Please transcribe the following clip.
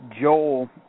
Joel